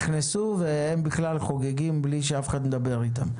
נכנסו והם חוגגים בלי שאף אחד מדבר איתם.